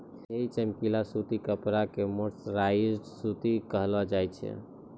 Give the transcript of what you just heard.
यही चमकीला सूती कपड़ा कॅ मर्सराइज्ड सूती कहलो जाय छै